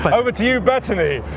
but over to you bettany!